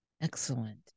Excellent